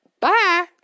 Bye